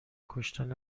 کشتن